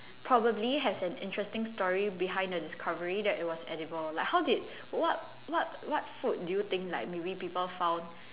probably has an interesting story behind the discovery that it was edible like how did what what what food do you think like maybe people found